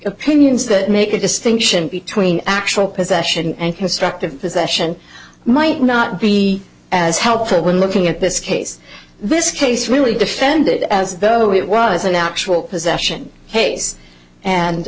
opinions that make a distinction between actual possession and constructive possession might not be as helpful when looking at this case this case really defend it as though it was an actual possession pace and